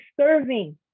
serving